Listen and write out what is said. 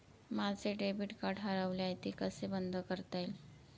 माझे debit card हरवले आहे ते कसे बंद करता येईल?